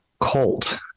cult